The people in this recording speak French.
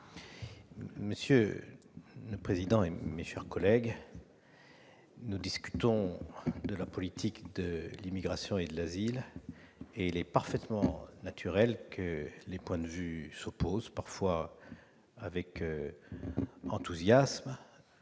Monsieur le président, mes chers collègues, nous discutons de la politique de l'immigration et de l'asile, et il est parfaitement naturel que les points de vue s'opposent, parfois avec enthousiasme,